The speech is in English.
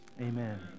amen